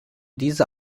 diese